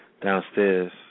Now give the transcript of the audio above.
downstairs